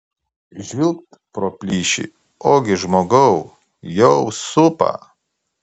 žvilgt pro plyšį ogi žmogau jau supa